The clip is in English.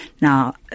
Now